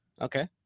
Okay